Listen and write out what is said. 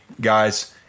guys